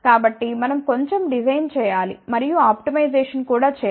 కాబట్టి మనం కొంచెం డిజైన్ చేయాలి మరియు ఆప్టిమైజేషన్ కూడా చేయాలి